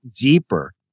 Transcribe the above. deeper